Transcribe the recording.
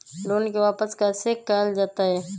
Loan के वापस कैसे कैल जतय?